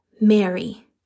Mary